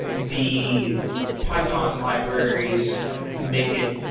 the python libraries make it,